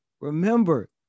Remember